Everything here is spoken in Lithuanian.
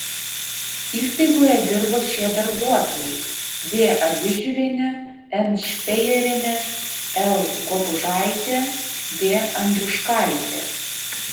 įstaigoje dirba šie darbuotojai d avižiuvienė n špejerienė l guobužaitė d andriuškaitė